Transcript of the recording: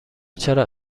چرا